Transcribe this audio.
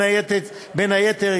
בין היתר,